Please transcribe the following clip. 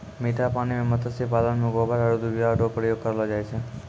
मीठा पानी मे मत्स्य पालन मे गोबर आरु यूरिया रो प्रयोग करलो जाय छै